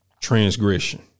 transgression